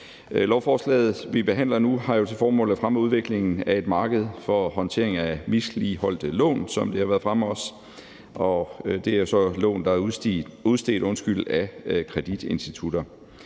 Lovforslaget, vi behandler nu, har jo til formål at fremme udviklingen af et marked for håndtering af misligholdte lån, som det også har været fremme. Det er så lån, der er udstedt af kreditinstitutter.